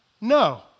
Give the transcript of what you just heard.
No